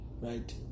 right